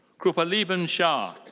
krupaliben shah.